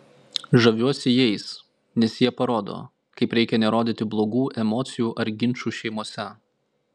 žaviuosi jais nes jie parodo kaip reikia nerodyti blogų emocijų ar ginčų šeimose